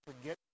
forget